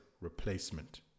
replacement